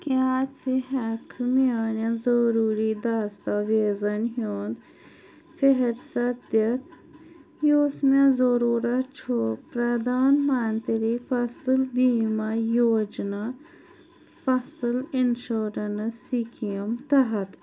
کیٛاہ ژٕ ہٮ۪ککھٕ میٛانٮ۪ن ضروٗری دستاویزن ہُنٛد فہرست دِتھ یُس مےٚ ضروٗرت چھُ پردھان منتری فصل بیٖما یوجنا فصل اِنشورنٕس سِکیٖم تحت